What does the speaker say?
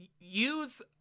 use